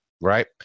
right